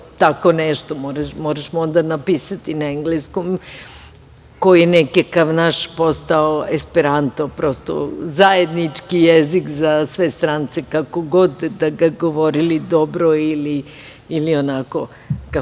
tako nešto. Mora onda da se napiše na engleskom, koji je nekako postao naš esperanto, zajednički jezik za sve strance, kako god da ga govorili dobro ili onako kako